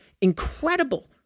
incredible